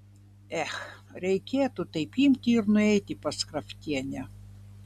ech reikėtų taip imti ir nueiti pas kraftienę